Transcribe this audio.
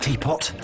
Teapot